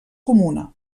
comuna